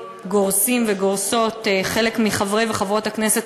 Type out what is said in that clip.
גורסים וגורסות חלק מחברי וחברות הכנסת,